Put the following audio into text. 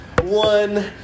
one